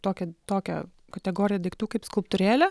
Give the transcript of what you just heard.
tokią tokią kategoriją daiktų kaip skulptūrėlę